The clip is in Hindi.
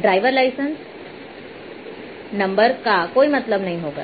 ड्राइविंग लाइसेंस नंबर का कोई मतलब नहीं होगा